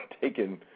taken